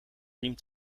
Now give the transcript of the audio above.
riem